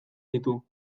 ditu